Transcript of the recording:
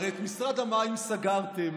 הרי את משרד המים סגרתם,